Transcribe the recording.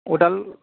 उदाल